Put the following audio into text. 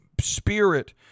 spirit